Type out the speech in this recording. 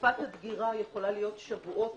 תקופת הדגירה יכולה להיות שבועות,